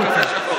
תצא החוצה.